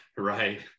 Right